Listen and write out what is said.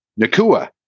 Nakua